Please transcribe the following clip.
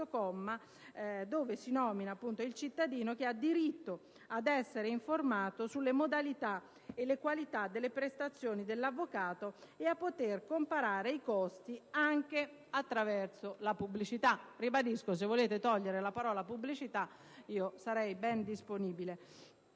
dove si fa riferimento al cittadino, che «ha diritto ad essere informato sulle modalità e le qualità delle prestazioni dell'avvocato e a poter comparare i costi anche attraverso la pubblicità». Ribadisco che se voleste togliere la parola "pubblicità" sarei ben disponibile,